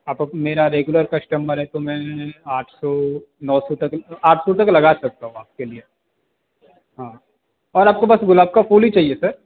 आप मेरे regular customer हैं तो मैं आठ सौ नौ सौ तक आठ सौ तक लगा सकता हूँ आपके लिए हाँ और आपको बस गुलाब का फूल ही चाहिए सर